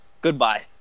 goodbye